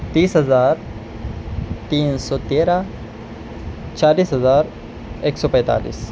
تیس ہزار تین سو تیرہ چالیس ہزار ایک سو پینتالیس